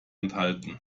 enthalten